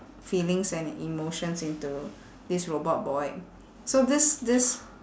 feelings and emotions into this robot boy so this this